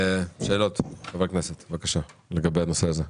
שאלות חברי הכנסת לגבי הנושא הזה.